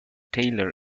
tailor